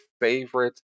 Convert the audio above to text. favorite